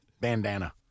bandana